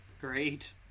Great